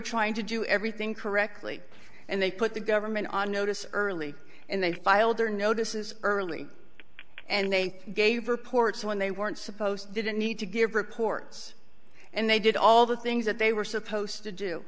trying to do everything correctly and they put the government on notice early and they filed their notices early and they gave reports when they weren't supposed didn't need to give reports and they did all the things that they were supposed to do